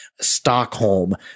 stockholm